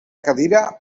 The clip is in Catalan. cadira